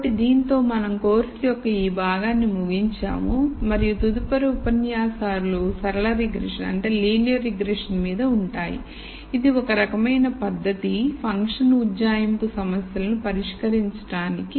కాబట్టి దీనితో మనం కోర్సు యొక్క ఈ భాగాన్ని ముగించాము మరియు తదుపరి ఉపన్యాసాలు సరళ రిగ్రెషన్ మీద ఉంటాయి ఇది ఒక రకమైన పద్ధతి ఫంక్షన్ ఉజ్జాయింపు సమస్యలను పరిష్కరించడానికి